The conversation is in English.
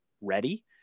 ready